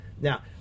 Now